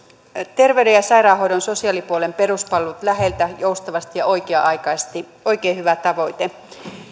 terveyden ja sairaanhoidon ja sosiaalipuolen peruspalvelut läheltä joustavasti ja oikea aikaisesti oikein hyvä tavoite